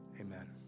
Amen